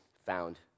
found